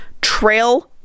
trail